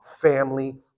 family